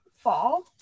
fall